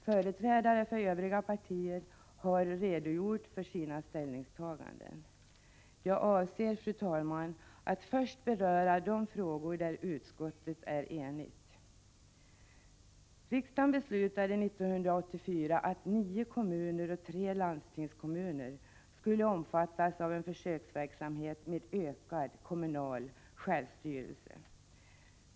Företrädare för övriga partier har redogjort för sina ställningstaganden. Jag avser, fru talman, att först beröra de frågor där utskottet är enigt. Riksdagen beslutade 1984 att nio kommuner och tre landstingskommuner skulle omfattas av en försöksverksamhet med ökad kommunal självstyrelse.